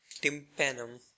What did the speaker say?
tympanum